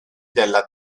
della